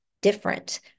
different